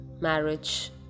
marriage